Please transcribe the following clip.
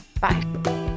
Bye